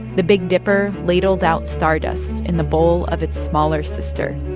the big dipper ladled out stardust in the bowl of its smaller sister.